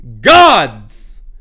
gods